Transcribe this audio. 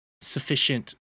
sufficient